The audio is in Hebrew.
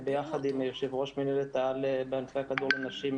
ביחד עם יושבת-ראש מינהלת העל בענפי הכדור לנשים,